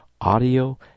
audio